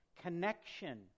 connection